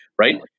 right